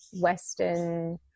western